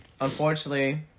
unfortunately